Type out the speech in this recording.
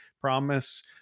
promise